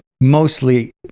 mostly